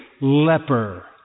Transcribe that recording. leper